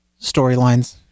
storylines